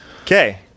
Okay